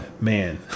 Man